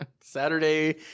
Saturday